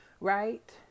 Right